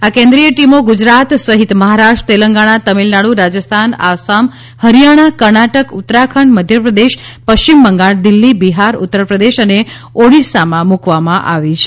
આ કેન્દ્રિય ટીમો ગુજરાત સહિત મહારાષ્ટ્ર તેલંગાણા તમિલનાડુ રાજસ્થાન આસામ હરિયાણા કર્ણાટક ઉત્તરાખંડ મધ્યપ્રદેશ પશ્ચિમબંગાળ દિલ્ફી બિહાર ઉત્તરપ્રદેશ અને ઓડિશામાં મૂકવામાં આવી છે